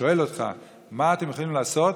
שואל אותך: מה אתם יכולים לעשות?